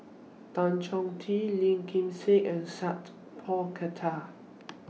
Tan Chong Tee Lim Kim San and Sat Pal Khattar